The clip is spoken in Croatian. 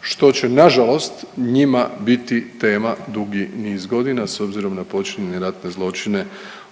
što će nažalost njima biti tema dugi niz godina s obzirom na počinjenje ratne zločine